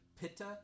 Pitta